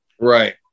right